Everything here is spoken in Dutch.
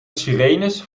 sirenes